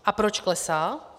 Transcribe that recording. A proč klesá?